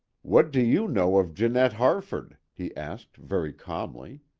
what do you know of janette harford? he asked very calmly.